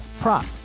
prop